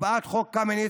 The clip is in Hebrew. הקפאת חוק קמיניץ,